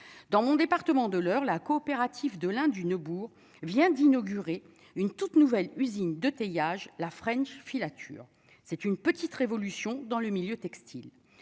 dans mon département de l'Eure, la coopérative de l'un du Neubourg vient d'inaugurer une toute nouvelle usine de teillage, la French filature, c'est une petite révolution dans le milieu textile